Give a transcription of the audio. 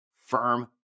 firm